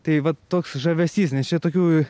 tai vat toks žavesys nes čia tokių